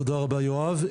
תודה רבה יואב,